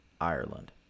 Ireland